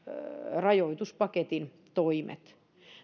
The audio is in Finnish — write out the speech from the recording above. rajoituspaketin toimet